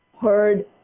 heard